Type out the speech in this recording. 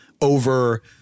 over